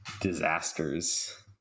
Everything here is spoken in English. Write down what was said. disasters